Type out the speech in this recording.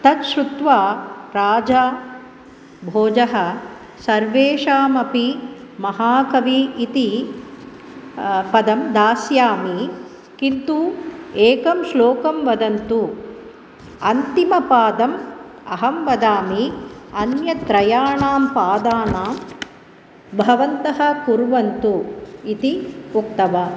तत् श्रुत्वा राजा भोजः सर्वेषामपि महाकविः इति पदं दास्यामि किन्तु एकं श्लोकं वदन्तु अन्तिमपादं अहं वदामि अन्यत्रयाणां पादानां भवन्तः कुर्वन्तु इति उक्तवान्